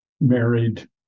Married